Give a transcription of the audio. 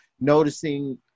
noticing